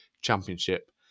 championship